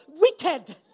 wicked